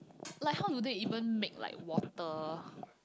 like how do they even make like water